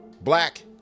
black